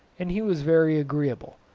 and he was very agreeable.